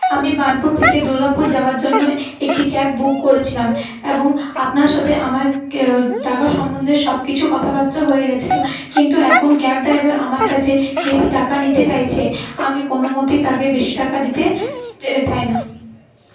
আমি বার্নপুর থেকে দুর্গাপুর যাওয়ার জন্য একটি ক্যাব বুক করেছিলাম এবং আপনার সাথে আমার টাকার সম্বন্ধের সব কিছু কথা বার্তা হয়েগেছিল কিন্তু এখন ক্যাবটা এবার আমার কাছে বেশি টাকা নিতে চাইছে আমি কোনও মতেই তাকে বেশি টাকা দিতে চাই না